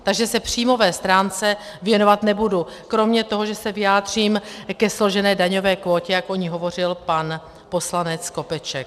Takže se příjmové stránce věnovat nebudu, kromě toho, že se vyjádřím ke složené daňové kvótě, jak o ní hovořil pan poslanec Skopeček.